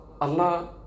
Allah